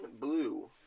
Blue